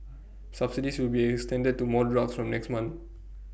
subsidies will be extended to more drugs from next month